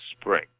spring